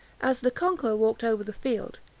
as the conqueror walked over the field,